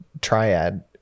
triad